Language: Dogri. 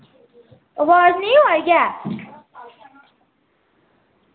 अवाज नी आवा दी ऐ